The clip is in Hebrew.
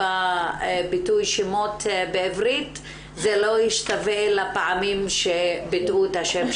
יש באמת שלושה-ארבעה נושאים שהייתי רוצה להפנות את תשומת